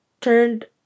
turned